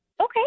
okay